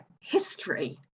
history